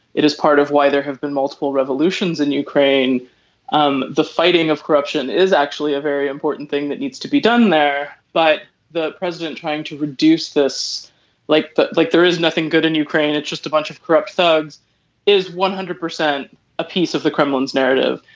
it is part of why there have been multiple revolutions in ukraine um the fighting of corruption is actually a very important thing that needs to be done there. but the president trying to reduce this like but like there is nothing good in ukraine it's just a bunch of corrupt thugs is one hundred percent a piece of the kremlin's narrative